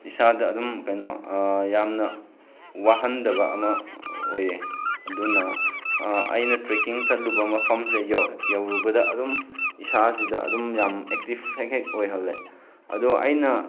ꯏꯁꯥꯗ ꯑꯗꯨꯝ ꯀꯩꯅꯣ ꯌꯥꯝꯅ ꯋꯥꯍꯟꯗꯕ ꯑꯃ ꯑꯣꯏꯌꯦ ꯑꯗꯨꯅ ꯑꯩꯅ ꯇ꯭ꯔꯦꯛꯀꯤꯡ ꯆꯠꯂꯨꯕ ꯃꯐꯝꯁꯦ ꯌꯧꯔꯨꯕꯗ ꯑꯗꯨꯝ ꯏꯁꯥꯁꯤꯗ ꯑꯗꯨꯝ ꯌꯥꯝ ꯑꯦꯛꯇꯤꯞ ꯍꯦꯛ ꯍꯦꯛ ꯑꯣꯏꯍꯜꯂꯦ ꯑꯗꯨ ꯑꯩꯅ